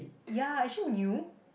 ya is she new